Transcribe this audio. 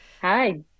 Hi